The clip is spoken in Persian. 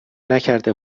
نکرده